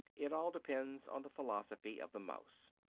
it all depends on the philosophy of the mouse.